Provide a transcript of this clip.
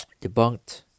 debunked